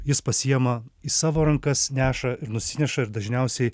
jis pasiima į savo rankas neša ir nusineša ir dažniausiai